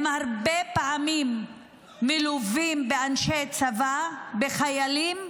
הם הרבה פעמים מלווים באנשי צבא, בחיילים.